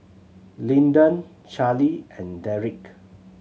Lyndon Charlie and Derik